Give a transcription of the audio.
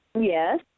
Yes